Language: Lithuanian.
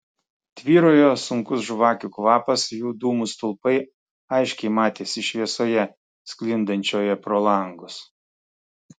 tvyrojo sunkus žvakių kvapas jų dūmų stulpai aiškiai matėsi šviesoje sklindančioje pro langus